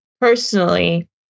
personally